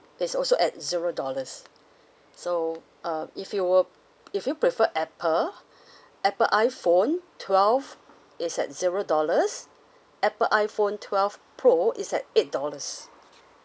is also at zero dollars so uh if you were if you prefer apple apple iphone twelve it's at zero dollars apple iphone twelve pro is at eight dollars